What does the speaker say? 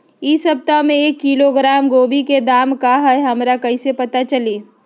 इ सप्ताह में एक किलोग्राम गोभी के दाम का हई हमरा कईसे पता चली?